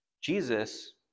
Jesus